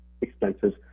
expenses